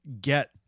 get